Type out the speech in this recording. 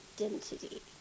identity